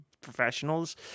professionals